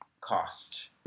cost